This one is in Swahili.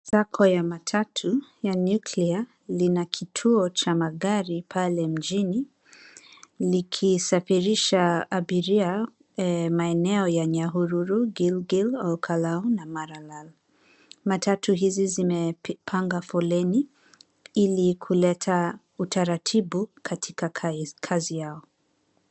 SACCO ya matatu ya Nuclear lina kituo cha magari pale mjini likisafirisha abiria maeneo ya Nyahururu, Gilgil, Ol Kalou na Maralal. Matatu hizi zimepanga foleni ili kuleta utaratibu katika kazi yao.